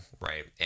right